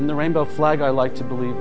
in the rainbow flag i like to believe